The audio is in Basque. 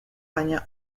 baina